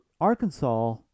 Arkansas